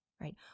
right